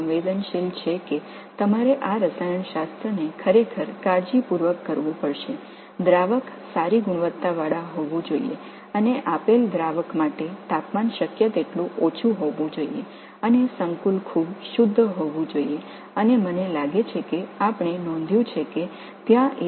நீங்கள் இந்த வேதியியலை மிகவும் கவனமாக செய்ய வேண்டும் கரைப்பான் நல்ல தரமாக இருக்க வேண்டும் மற்றும் கொடுக்கப்பட்ட கரைப்பானுக்கு வெப்பநிலை முடிந்தவரை குறைவாக இருக்க வேண்டும் மற்றும் சேர்மம் மிகவும் தூய்மையாக இருக்க வேண்டும் அதை நாங்கள் கவனித்திருக்கிறோம் என்று நினைக்கிறேன்